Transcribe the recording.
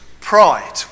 pride